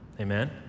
Amen